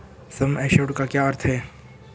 सम assured का क्या अर्थ है?